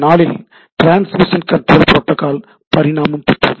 74 இல் transmission control protocol பரிணாமம் பெற்றது